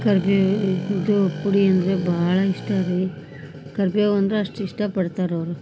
ಕರ್ಬೇವು ಇದು ಪುಡಿ ಅಂದರೆ ಭಾಳ ಇಷ್ಟ ರೀ ಕರ್ಬೇವು ಅಂದರೆ ಅಷ್ಟು ಇಷ್ಟಪಡ್ತಾರವರು